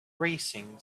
racing